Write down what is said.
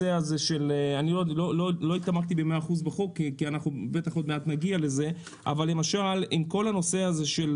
אני לא התעמקתי ב-100% בחוק, אבל כל הנושא הזה של